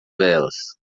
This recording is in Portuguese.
velas